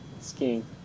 Skiing